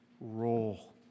role